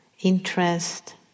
interest